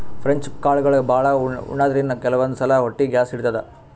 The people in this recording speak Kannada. ಫ್ರೆಂಚ್ ಕಾಳ್ಗಳ್ ಭಾಳ್ ಉಣಾದ್ರಿನ್ದ ಕೆಲವಂದ್ ಸಲಾ ಹೊಟ್ಟಿ ಗ್ಯಾಸ್ ಹಿಡಿತದ್